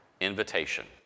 invitation